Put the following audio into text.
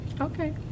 Okay